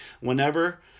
whenever